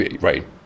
right